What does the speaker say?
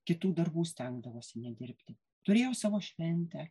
kitų darbų stengdavosi nedirbti turėjo savo šventę